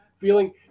feeling